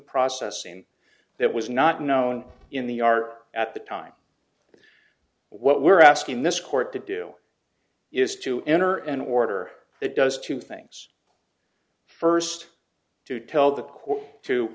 process and that was not known in the our at the time what we're asking this court to do is to enter an order that does two things first to tell the